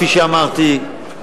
כפי שאמרתי,